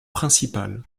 principal